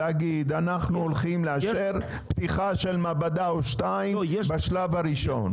להגיד אנחנו הלכים לאשר פתיחה של מעבדה או שתיים בשלב הראשון?